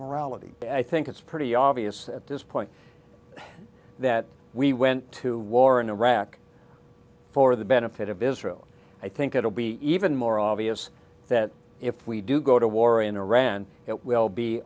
morality i think it's pretty obvious at this point that we went to war in iraq for the benefit of israel i think it will be even more obvious that if we do go to war in iran it will be